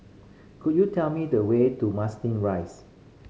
could you tell me the way to Marsiling Rise